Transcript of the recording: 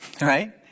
right